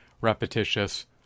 repetitious